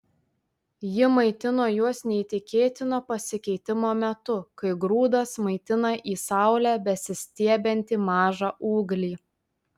ji maitino juos neįtikėtino pasikeitimo metu kaip grūdas maitina į saulę besistiebiantį mažą ūglį